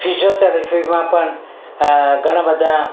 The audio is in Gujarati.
ફિઝિયોથેરેપીમાં પણ ઘણાં બધાં